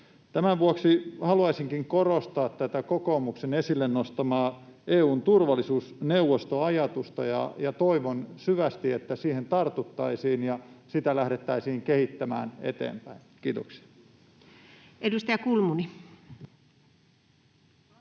Tämän vuoksi haluaisinkin korostaa kokoomuksen esille nostamaa EU:n turvallisuusneuvosto -ajatusta, ja toivon syvästi, että siihen tartuttaisiin ja sitä lähdettäisiin kehittämään eteenpäin. — Kiitoksia. [Speech 113]